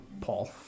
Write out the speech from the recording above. Paul